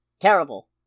Terrible